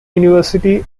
university